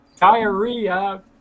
diarrhea